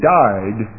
died